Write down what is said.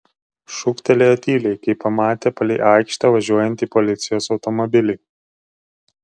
šūktelėjo tyliai kai pamatė palei aikštę važiuojantį policijos automobilį